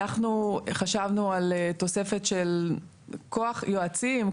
אנחנו חשבנו על תוספת של יועצים,